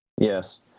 Yes